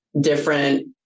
different